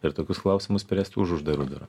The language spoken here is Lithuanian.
ir tokius klausimus spręsti už uždarų durų